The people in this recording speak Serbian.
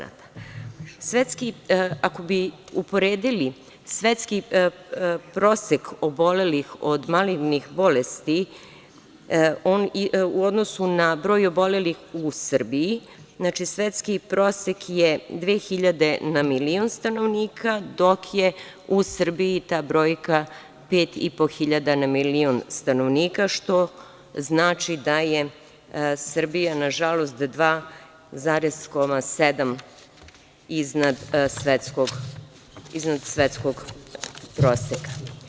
Ako bi uporedili svetski prosek obolelih od malignih bolesti u odnosu na broj obolelih u Srbiji, znači, svetski prosek je 2.000 na milion stanovnika, dok je u Srbiji ta brojka 5.500 na milion stanovnika, što znači da je Srbija, nažalost, 2,7 iznad svetskog proseka.